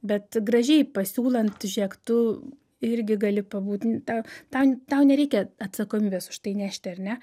bet gražiai pasiūlant žėk tu irgi gali pabūt tą tau tau nereikia atsakomybės už tai nešti ar ne